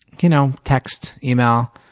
you know text, email.